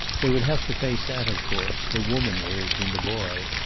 they would have to face that, of course, the woman urge in the boy.